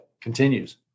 continues